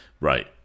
Right